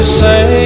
say